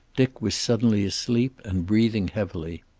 dick was suddenly asleep and breathing heavily.